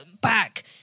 back